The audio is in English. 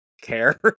care